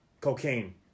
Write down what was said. cocaine